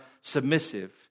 submissive